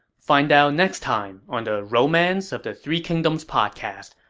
find out next time on the romance of the three kingdoms podcast.